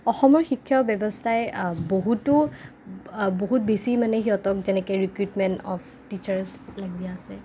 অসমৰ শিক্ষা ব্যৱস্থাই বহুতো বহুত বেছি মানে সিহঁতক এনেকে ৰিক্ৰুইটমেণ্ট অফ টিচাৰছ লাগি আছে